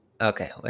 okay